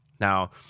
Now